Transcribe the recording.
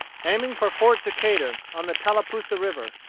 aiming for fort decatur, on the tallapoosa river,